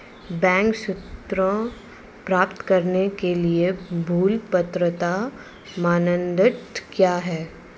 Bank ऋण प्राप्त करने के लिए मूल पात्रता मानदंड क्या हैं?